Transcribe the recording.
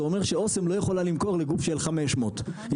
זה אומר שאסם לא יכולה למכור לגוף של 500. היא